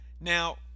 Now